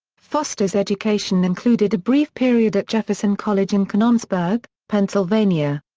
foster's education included a brief period at jefferson college in canonsburg, pennsylvania.